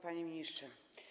Panie Ministrze!